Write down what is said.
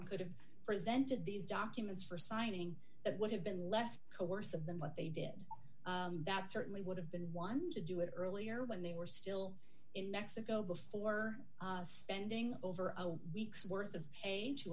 could have presented these documents for signing it would have been less coercive than what they did that certainly would have been one to do it earlier when they were still in mexico before spending over a week's worth of pay to